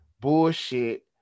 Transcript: Bullshit